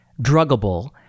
druggable